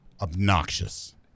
obnoxious